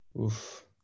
Oof